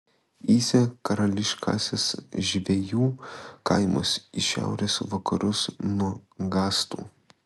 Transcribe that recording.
įsė karališkasis žvejų kaimas į šiaurės vakarus nuo gastų